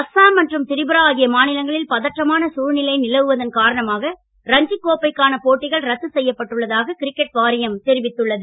அஸ்ஸாம் மற்றும் திரிபுரா ஆகிய மாநிலங்களில் பதற்றமான சூழ்நிலை நிலவுவதன் காரணமாக ரஞ்சிக்கோப்பைக்கான போட்டிகள் ரத்து செய்யப்பட்டுள்ளதாக கிரிக்கெட் வாரியம் தெரிவித்துள்ளது